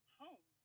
home